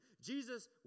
Jesus